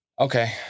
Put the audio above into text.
Okay